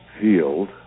field